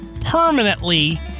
permanently